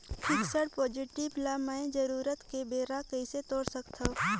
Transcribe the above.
Fixed deposit ल मैं जरूरत के बेरा कइसे तोड़ सकथव?